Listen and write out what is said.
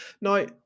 Now